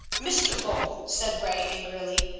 mr. bolton, said ray angrily,